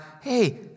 hey